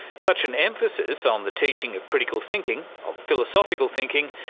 such an emphasis on the teaching of critical thinking, of philosophical thinking,